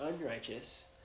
unrighteous